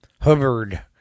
Hubbard